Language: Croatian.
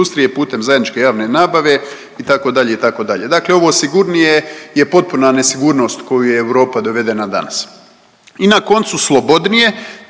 putem zajedničke nabave itd., itd., dakle ovo sigurnije je potpuna nesigurnost u koju je Europa dovedena danas i na koncu slobodnije